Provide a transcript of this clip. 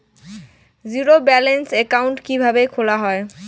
Zero balance account কিভাবে খোলা হয়?